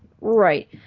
Right